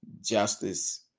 Justice